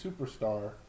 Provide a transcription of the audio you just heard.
superstar